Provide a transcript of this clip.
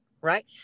right